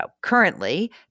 Currently